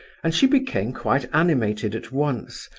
and she became quite animated at once,